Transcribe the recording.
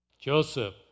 Joseph